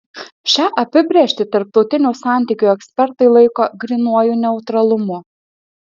šią apibrėžtį tarptautinių santykių ekspertai laiko grynuoju neutralumu